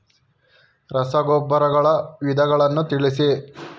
ರಸಗೊಬ್ಬರಗಳ ವಿಧಗಳನ್ನು ತಿಳಿಸಿ?